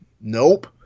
Nope